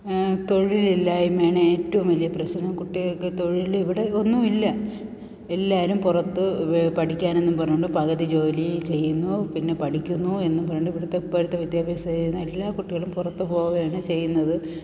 തൊഴിലില്ലായ്മയാണ് ഏറ്റവും വലിയ പ്രശ്നം കുട്ടികൾക്ക് തൊഴിലിവിടെ ഒന്നുമില്ല എല്ലാവരും പുറത്ത് പഠിക്കാനെന്നും പറഞ്ഞതു കൊണ്ട് പകുതി ജോലി ചെയ്യുന്നു പിന്നെ പഠിക്കുന്നു എന്നും പറഞ്ഞതു കൊണ്ട് ഇവിടുത്തെ ഇപ്പോഴത്തെ വിദ്യാഭ്യാസം ചെയ്യുന്ന എല്ലാ കുട്ടികളും പുറത്തു പോവേണ് ചെയ്യുന്നത്